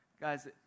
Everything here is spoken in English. guys